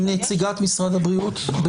משרד הבריאות הודיע.